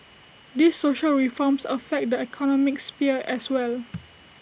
these social reforms affect the economic sphere as well